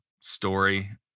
story